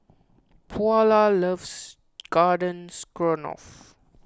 Paulo loves Garden Stroganoff